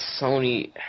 Sony